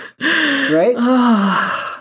Right